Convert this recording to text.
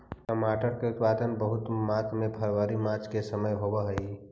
टमाटर के उत्पादन बहुत मात्रा में फरवरी मार्च के समय में होवऽ हइ